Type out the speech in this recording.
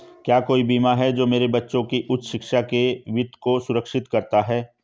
क्या कोई बीमा है जो मेरे बच्चों की उच्च शिक्षा के वित्त को सुरक्षित करता है?